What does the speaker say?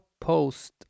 post